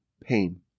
pain